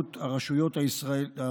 באחריות הרשות הישראלית,